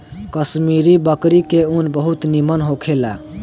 कश्मीरी बकरी के ऊन बहुत निमन होखेला